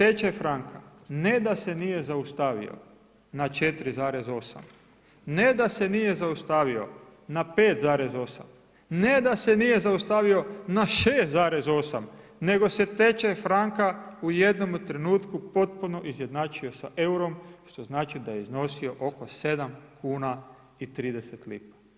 Tečaj franka, ne da se nije zaustavio na 4,8, ne da se nije zaustavio na 5,8, ne da se nije zaustavio na 6,8, nego se tečaj franka u jednome trenutku potpuno izjednačio sa eurom, što znači da je iznosio oko 7 kn i 30 lipa.